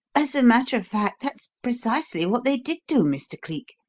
as a matter of fact, that's precisely what they did do, mr. cleek.